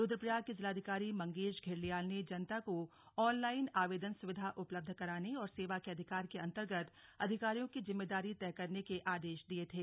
रुद्रप्रयाग के जिलाधिकारी मंगेश धिल्डियाल ने जनता को ऑनलाइन आवेदन सुविधा उपलब्ध कराने और सेवा के अधिकार के अंतर्गत अधिकारियों की जिम्मेदारी तय करने के आदेश दिए थे